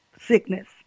sickness